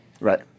Right